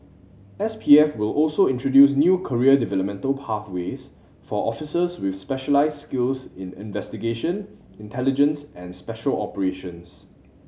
S P F will also introduce new career developmental pathways for officers with specialised skills in investigation intelligence and special operations